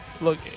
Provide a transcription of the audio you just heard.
look